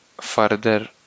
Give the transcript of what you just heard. further